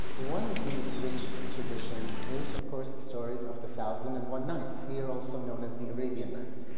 one of these rich traditions is of course the stories of the thousand and one nights, here also known as the arabian nights.